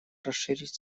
расширить